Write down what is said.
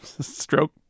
stroke